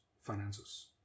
finances